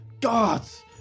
Gods